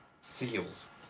seals